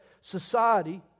society